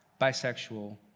bisexual